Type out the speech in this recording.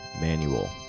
manual